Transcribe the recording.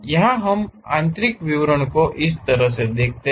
यहां हम आंतरिक विवरण को इस तरह से देख सकते हैं